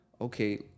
okay